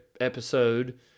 episode